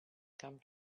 come